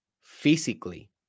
physically